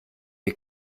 ihr